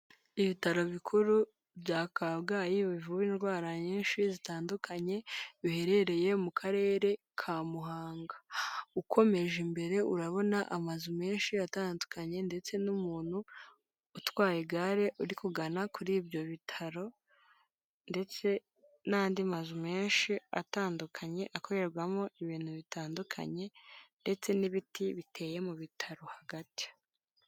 Ibitaro bikuru bya kabgayi bivura indwara nyinshi zitandukanye biherereye mu karere ka muhanga ukomeje imbere urabona amazu menshi atandukanye ndetse n'umuntu utwaye igare uri kugana kuri ibyo bitaro ndetse n'andi mazu menshi atandukanye akorerwamo ibintu bitandukanye ndetse n'ibiti biteye mu bitaro hagati.